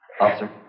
Officer